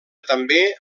també